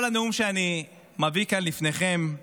כל הנאום שאני מביא כאן לפניכם,